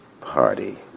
party